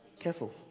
Careful